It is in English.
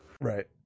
Right